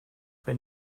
wenn